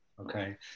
Okay